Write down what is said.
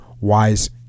wise